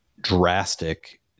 drastic